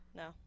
no